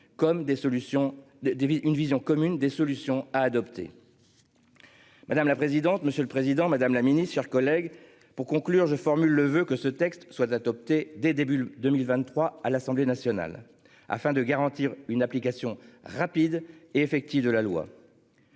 une vision commune des solutions à adopter. Madame la présidente. Monsieur le Président Madame la Ministre, chers collègues. Pour conclure je formule le voeu que ce texte soit adopté dès début 2023 à l'Assemblée nationale afin de garantir une application rapide et effective de la loi.--